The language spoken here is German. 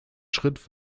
schritt